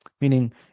meaning